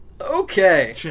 Okay